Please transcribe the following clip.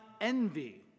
envy